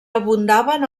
abundaven